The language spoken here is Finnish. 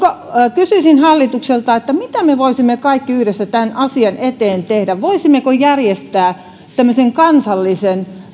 kysyisin hallitukselta mitä me voisimme kaikki yhdessä tämän asian eteen tehdä voisimmeko järjestää tämmöisen kansallisen